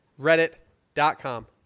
Reddit.com